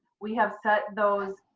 we have set those